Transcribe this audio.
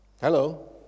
Hello